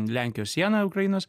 lenkijos siena ir ukrainos